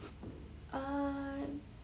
uh